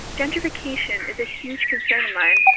gentrification is a huge concern of mine,